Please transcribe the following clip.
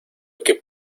que